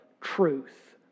truth